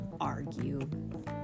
argue